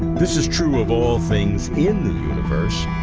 this is true of all things in the universe,